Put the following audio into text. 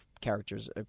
characters